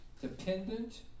dependent